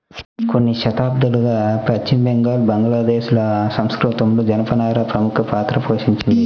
కొన్ని శతాబ్దాలుగా పశ్చిమ బెంగాల్, బంగ్లాదేశ్ ల సంస్కృతిలో జనపనార ప్రముఖ పాత్ర పోషించింది